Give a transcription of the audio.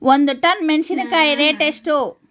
ಒಂದು ಟನ್ ಮೆನೆಸಿನಕಾಯಿ ರೇಟ್ ಎಷ್ಟು?